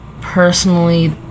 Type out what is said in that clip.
personally